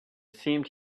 seemed